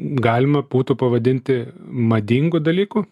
galima būtų pavadinti madingu dalyku